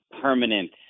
permanent